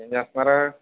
ఏం చేస్తున్నారు